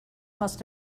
must